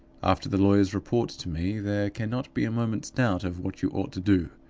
after the lawyer's report to me, there cannot be a moment's doubt of what you ought to do.